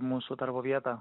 mūsų darbo vietą